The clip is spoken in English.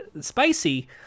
spicy